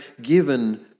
given